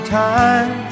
time